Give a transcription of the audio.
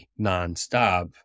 nonstop